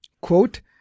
quote